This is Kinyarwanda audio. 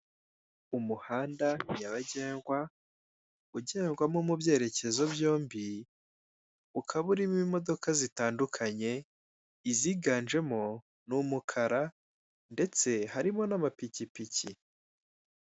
Umuhanda nyabagendwa ugendwamo mu byerekezo byombi. Ukaba urimo imodoka zitandukanye, iziganjemo n'umukara ndetse harimo n'amapikipiki.